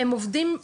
הם עובדים,